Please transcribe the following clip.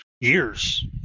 years